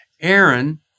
Aaron